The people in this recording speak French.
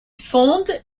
fonde